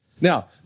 Now